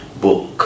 book